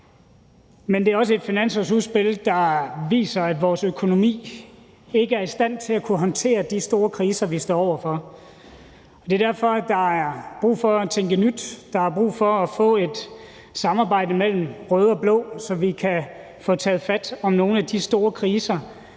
Men det er også et finanslovsudspil, der viser, at vores økonomi ikke er i stand til at kunne håndtere de store kriser, vi står over for, og det er derfor, der er brug for at tænke nyt, der er brug for at få et samarbejde mellem røde og blå, så vi kan få taget fat om nogle af de store kriser,